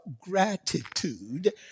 gratitude